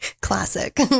classic